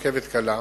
רכבת קלה,